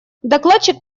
докладчик